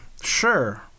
Sure